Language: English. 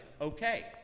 okay